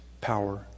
power